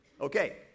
Okay